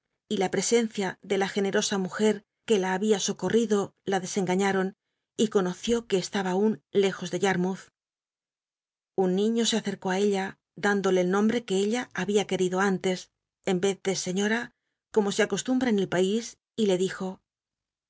y la presencia de la generosa mujct que la había soconido la desengaí'aron y conoció que estaba aun lejos ele ymmoulh un niño so acareó á ella thíndolc el nomlwo que ella babia querido antes en y cz de señora como se acostumbra en el pais y lo dijo